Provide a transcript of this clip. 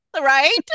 right